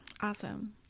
awesome